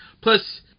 plus